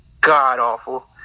god-awful